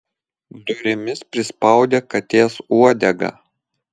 durimis prispaudė katės uodegą